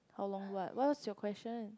how long ride what was your question